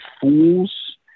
fools